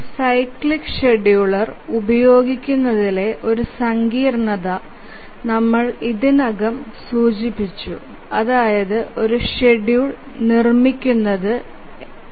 ഒരു cyclic scheduler ഉപയോഗിക്കുന്നതിലെ ഒരു സങ്കീർണത ഞങ്ങൾ ഇതിനകം സൂചിപ്പിച്ചു അതായത് ഒരു ഷെഡ്യൂൾ നിർമ്മിക്കുക എന്നത്